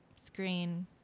screen